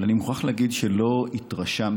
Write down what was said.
אבל אני מוכרח להגיד שלא התרשמתי